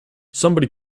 somebody